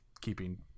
keeping